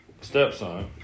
stepson